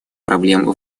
проблем